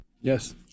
Yes